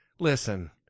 Listen